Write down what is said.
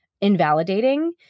invalidating